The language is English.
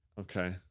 okay